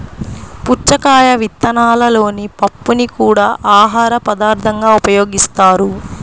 పుచ్చకాయ విత్తనాలలోని పప్పుని కూడా ఆహారపదార్థంగా ఉపయోగిస్తారు